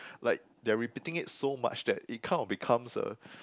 like they are repeating it so much that it kind of becomes a